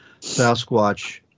Sasquatch